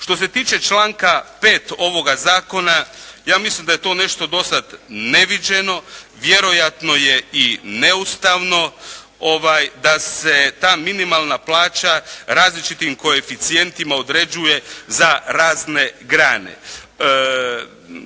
Što se tiče članka 5. ovoga zakona, ja mislim da je to nešto do sad neviđeno, vjerojatno je i neustavno da se ta minimalna plaća različitim koeficijentima određuje za razne grane.